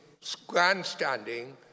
grandstanding